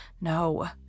No